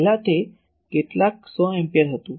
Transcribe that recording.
પહેલાં તે કેટલાક 100 એમ્પીયર હતું હવે 10